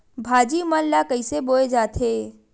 भाजी मन ला कइसे बोए जाथे?